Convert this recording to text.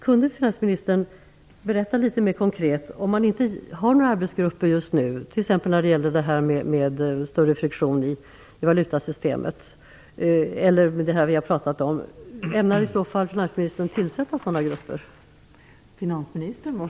Kunde finansministern berätta litet mer konkret: Om man inte har några arbetsgrupper just nu, t.ex. när det gäller det här med större friktion i valutasystemet eller det vi har pratat om här - ämnar finansministern i så fall tillsätta sådana grupper?